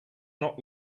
not